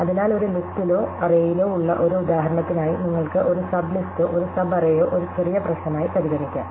അതിനാൽ ഒരു ലിസ്ടിലോ അറേയിലോ ഉള്ള ഒരു ഉദാഹരണത്തിനായി നിങ്ങൾക്ക് ഒരു സബ് ലിസ്ടോ ഒരു സബ് അറേയോ ഒരു ചെറിയ പ്രശ്നമായി പരിഗണിക്കാം